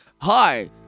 Hi